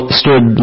stood